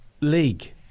league